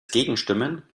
gegenstimmen